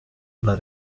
alla